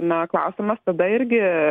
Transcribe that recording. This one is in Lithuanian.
na klausimas tada irgi